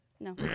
No